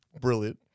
Brilliant